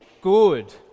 good